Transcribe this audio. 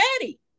ready